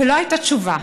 ולא הייתה תשובה.